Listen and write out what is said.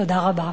תודה רבה.